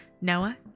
noah